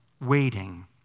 Waiting